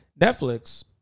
Netflix